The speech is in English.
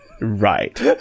Right